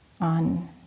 on